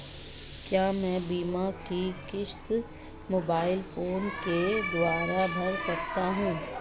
क्या मैं बीमा की किश्त मोबाइल फोन के द्वारा भर सकता हूं?